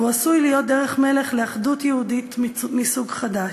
והוא עשוי להיות דרך מלך לאחדות יהודית מסוג חדש.